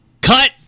cut